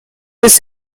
this